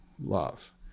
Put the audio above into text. love